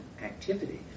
activity